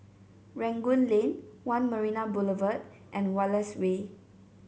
Rangoon Lane One Marina Boulevard and Wallace Way